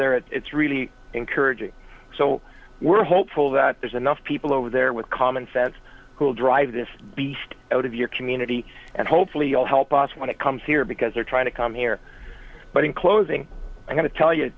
there it's really encouraging so we're hopeful that there's enough people over there with common sense who will drive this beast out of your community and hopefully you'll help us when it comes here because they're trying to come here but in closing i'm going to tell y